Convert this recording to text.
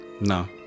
No